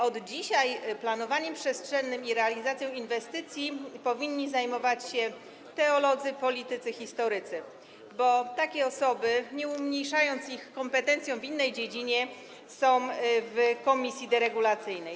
Od dzisiaj planowaniem przestrzennym i realizacją inwestycji powinni zajmować się teolodzy, politycy, historycy, bo takie osoby, nie umniejszając ich kompetencjom w innych dziedzinach, są w komisji deregulacyjnej.